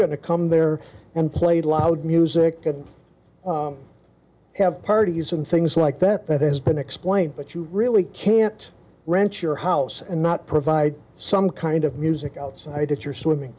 going to come there and play loud music could have parties and things like that that has been explained but you really can't wrench your house and not provide some kind of music outside if you're swimming